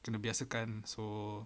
kena biasakan so